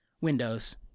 windows